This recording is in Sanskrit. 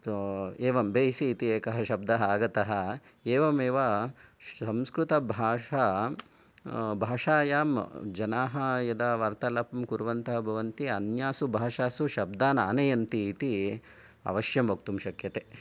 तो एवं बैसी इति एकः शब्दः आगतः एवमेव संस्कृतभाषा भाषायां जनाः यदा वार्तालापं कुर्वन्तः भवन्ति अन्यासु भाषासु शब्दानानयन्ति इति अवश्यं वक्तुं शक्यते